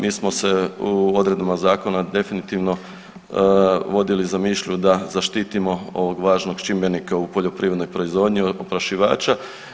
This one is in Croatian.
Mi smo se u odredbama zakona definitivno vodili za mišlju da zaštitimo ovog važnog čimbenika u poljoprivrednoj proizvodnji oprašivača.